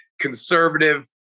conservative